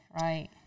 Right